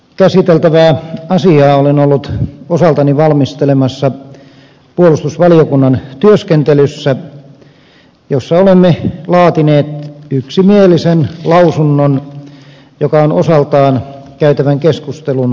käsiteltävää asiaa olen ollut osaltani valmistelemassa puolustusvaliokunnan työskentelyssä jossa olemme laatineet yksimielisen lausunnon joka on osaltaan käytävän keskustelun pohjapapereita